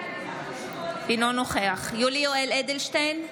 אינו נוכח יולי יואל אדלשטיין,